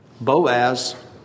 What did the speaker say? Boaz